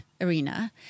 arena